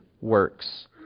works